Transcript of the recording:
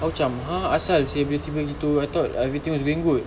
aku cam !huh! asal seh boleh tiba gitu I thought everything was going good